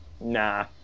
Nah